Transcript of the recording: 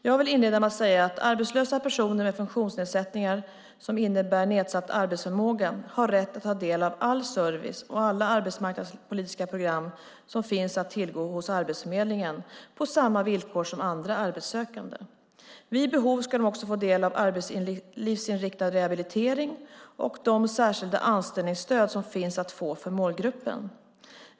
Jag vill inleda med att säga att arbetslösa personer med funktionsnedsättningar som innebär nedsatt arbetsförmåga har rätt att ta del av all service och alla arbetsmarknadspolitiska program som finns att tillgå hos Arbetsförmedlingen på samma villkor som andra arbetssökande. Vid behov ska de också få del av arbetslivsinriktad rehabilitering och de särskilda anställningsstöd som finns att få för målgruppen.